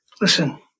Listen